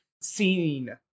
seen